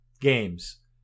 games